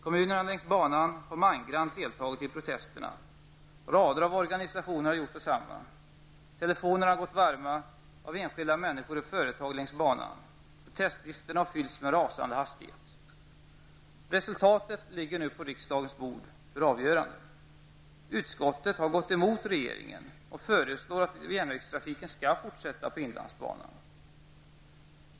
Kommunerna längs banan har mangrant deltagit i protesterna. Rader av organisationer har gjort detsamma. Telefonerna har gått varma när enskilda människor och företag längs banan har ringt. Protestlistorna har fyllts med rasande hastighet.